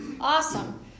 Awesome